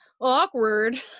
awkward